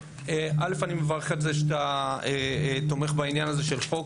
אני מברך על כך שאתה תומך בעניין של חוק,